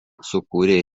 sukūrė